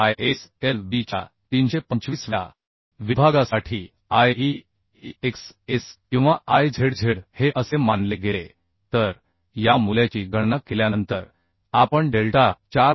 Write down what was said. ISLB च्या 325 व्या विभागासाठी I EXS किंवा I Z Z हे असे मानले गेले तर या मूल्याची गणना केल्यानंतर आपण डेल्टा 4